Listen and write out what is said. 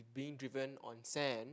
being driven on sand